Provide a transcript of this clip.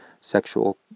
sexual